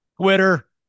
Twitter